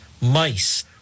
mice